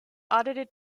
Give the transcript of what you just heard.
audited